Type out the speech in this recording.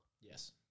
Yes